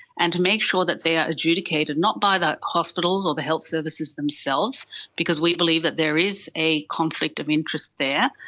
and to make sure that they are adjudicated not by the hospitals or the health services themselves because we believe that there is a conflict of interest there,